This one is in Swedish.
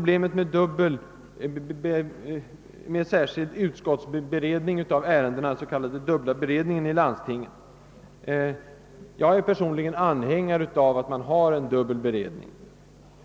Beträffande problemet med den s.k. dubbla beredningen i landstingen, vill jag säga att jag personligen är anhängare av en sådan beredning.